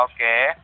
Okay